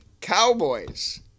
Cowboys